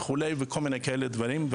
וכולי, וכל מיני כאלה דברים.